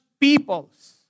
peoples